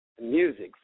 music